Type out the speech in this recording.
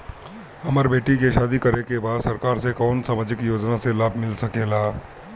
हमर बेटी के शादी करे के बा सरकार के कवन सामाजिक योजना से लाभ मिल सके ला?